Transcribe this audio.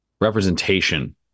representation